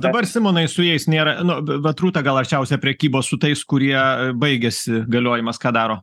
dabar simonai su jais nėra nu vat rūta gal arčiausia prekybos su tais kurie baigiasi galiojimas ką daro